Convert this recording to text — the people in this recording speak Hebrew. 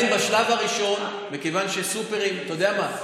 ולכן בשלב הראשון, מכיוון שסופרים, אתה יודע מה?